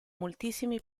moltissimi